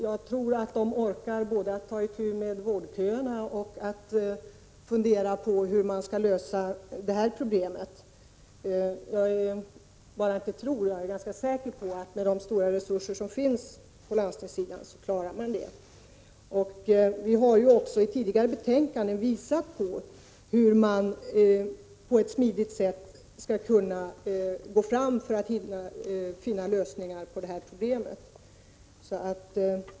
Jag tror att de orkar både att ta itu med vårdköerna och att fundera över hur man skall lösa det problem beträffande journalerna som har tagits upp. Jag inte bara tror utan är ganska säker på att man med de stora resurser som finns på landstingssidan klarar av det. Vi har ju också i tidigare betänkanden visat hur man på ett smidigt sätt skall kunna gå fram för att finna lösningar på det här problemet.